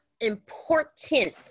important